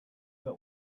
but